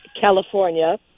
California